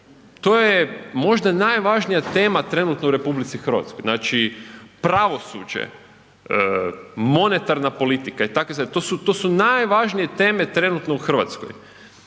to je možda najvažnija tema trenutno u Republici Hrvatskoj, znači, pravosuđe, monetarna politika i takve stvari, to su, to su najvažnije teme trenutno u Hrvatskoj,